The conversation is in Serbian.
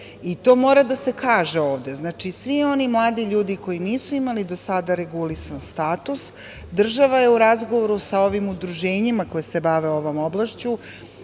i to mora da se ovde kaže. Znači, svi oni mladi ljudi koji nisu imali do sada regulisan status država je u razgovoru sa ovim udruženjima koja se bave ovom oblašću,